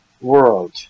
world